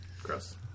Gross